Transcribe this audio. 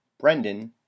brendan